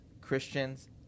Christians